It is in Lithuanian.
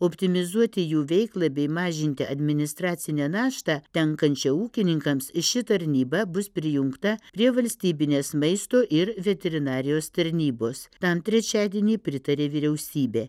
optimizuoti jų veiklą bei mažinti administracinę naštą tenkančią ūkininkams ši tarnyba bus prijungta prie valstybinės maisto ir veterinarijos tarnybos tam trečiadienį pritarė vyriausybė